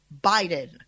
Biden